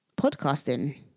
podcasting